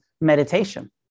meditation